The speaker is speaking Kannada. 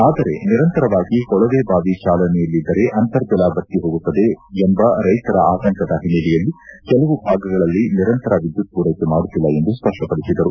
ಆದರೆ ನಿರಂತರವಾಗಿ ಕೊಳವೆಬಾವಿ ಚಾಲನೆಯಲ್ಲಿದ್ದರೆ ಅಂರ್ತಜಲ ಬತ್ತಿ ಹೋಗುತ್ತದೆ ಎಂಬ ರೈತರ ಆತಂಕದ ಹಿನ್ನೆಲೆಯಲ್ಲಿ ಕೆಲವು ಭಾಗಗಳಲ್ಲಿ ನಿರಂತರ ವಿದ್ಗುತ್ ಪೂರೈಕೆ ಮಾಡುತ್ತಿಲ್ಲ ಎಂದು ಸ್ಪಷ್ಟಪಡಿಸಿದರು